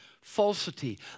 falsity